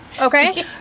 Okay